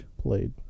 Played